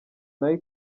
nayo